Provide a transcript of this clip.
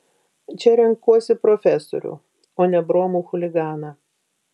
čia renkuosi profesorių o ne bromų chuliganą